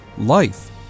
Life